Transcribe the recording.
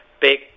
big